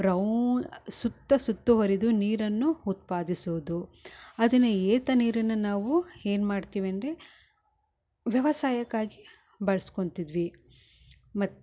ರೌ ಸುತ್ತ ಸುತ್ತುವರೆದು ನೀರನ್ನು ಉತ್ಪಾದಿಸುವುದು ಅದನ್ನ ಏತ ನೀರನ್ನ ನಾವು ಏನ್ಮಾಡ್ತೀವಿ ಅಂದರೆ ವ್ಯವಸಾಯಕ್ಕಾಗಿ ಬಳನ್ಸ್ಕೊಂತಿದ್ವಿ